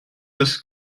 his